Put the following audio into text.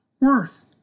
worth